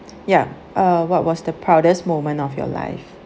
ya uh what was the proudest moment of your life